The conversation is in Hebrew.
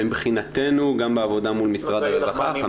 מבחינתנו גם בעבודה מול משרד הרווחה,